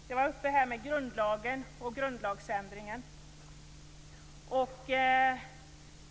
Det talades om grundlagen och grundlagsändringar.